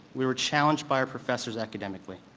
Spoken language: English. we were challenged by our professors academically,